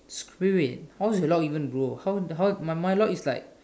wait wait wait how is the lock even bro how how my lock is like